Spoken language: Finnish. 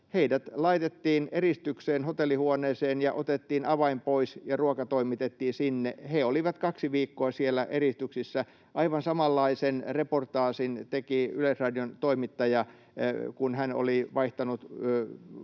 heidät laitettiin eristykseen hotellihuoneeseen ja otettiin avain pois, ja ruoka toimitettiin sinne. He olivat kaksi viikkoa siellä eristyksissä. Aivan samanlaisen reportaasin teki Yleisradion toimittaja, kun hän oli vaihtanut